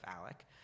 Alec